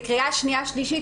לקריאה שנייה ושלישית,